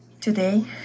Today